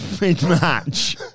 mid-match